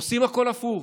עושים הכול הפוך,